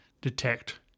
detect